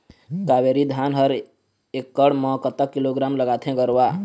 कावेरी धान हर एकड़ म कतक किलोग्राम लगाथें गरवा?